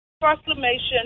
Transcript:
Proclamation